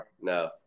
No